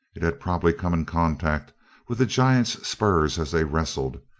it had probably come in contact with the giant's spurs as they wrestled,